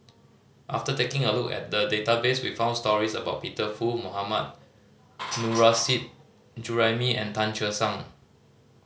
after taking a look at the database we found stories about Peter Fu Mohammad Nurrasyid Juraimi and Tan Che Sang